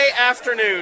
afternoon